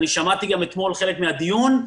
שמעתי גם אתמול חלק מן הדיון,